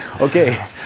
Okay